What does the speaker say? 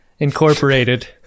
Incorporated